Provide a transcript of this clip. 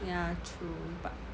ya true but